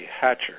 hatcher